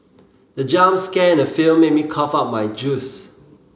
the jump scare in the film made me cough out my juice